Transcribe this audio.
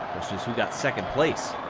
just who got second place.